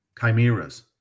chimeras